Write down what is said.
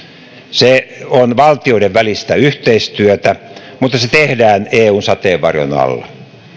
se on valtioiden välistä yhteistyötä mutta se tehdään eun sateenvarjon alla